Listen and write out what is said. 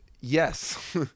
yes